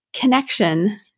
connection